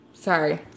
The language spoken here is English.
Sorry